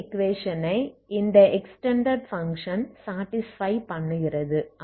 wave ஈக்வேஷனை இந்த extended function satisfy பண்ணுகிறது